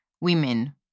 women